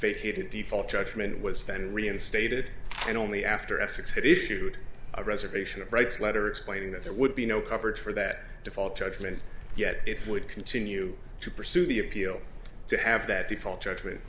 vacated default judgment was then reinstated and only after essex had issued a reservation of rights letter explaining that there would be no coverage for that default judgment yet it would continue to pursue the appeal to have that default judgment